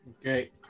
okay